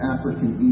African